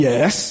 Yes